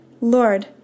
Lord